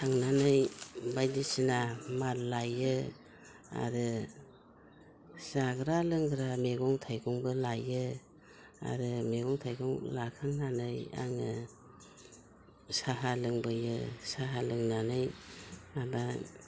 थांनानै बायदिसिना माल लायो आरो जाग्रा लोंग्रा मैगं थाइगंबो लायो आरो मैगं थाइगं लाखांनानै आङो साहा लोंबोयो साहा लोंनानै माबा